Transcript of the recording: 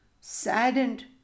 Saddened